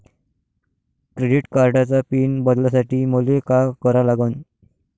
Credit कार्डाचा pin बदलासाठी मले का करा लागन?